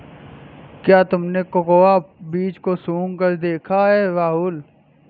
क्या तुमने कोकोआ बीज को सुंघकर देखा है राहुल?